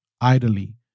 idly